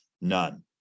None